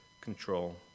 control